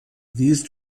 these